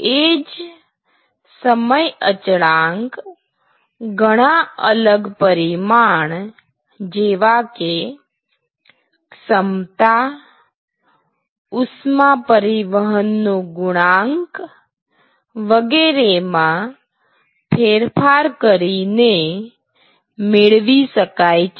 એ જ સમય અચળાંક ઘણા અલગ પરિમાણ જેવા કે ક્ષમતા ઉષ્મા પરિવહનનો ગુણાંક વગેરે માં ફેરફાર કરીને મેળવી શકાય છે